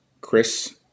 chris